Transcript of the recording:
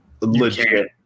legit